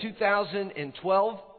2012